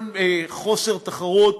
חוסר תחרות